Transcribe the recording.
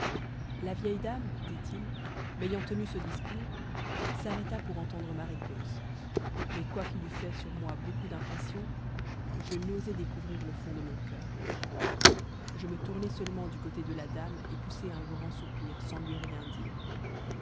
la vieille dame dit-il m'ayant tenu ce discours s'arrêta pour entendre ma réponse mais quoiqu'il eût fait sur moi beaucoup d'impression je n'osais découvrir le fond de mon coeur je me tournai seulement du côté de la dame et poussai un grand soupir sans lui rien dire